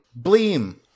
BLEEM